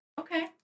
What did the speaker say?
okay